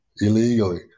illegally